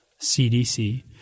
CDC